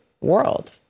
world